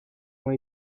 ont